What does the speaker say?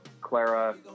Clara